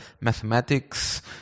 mathematics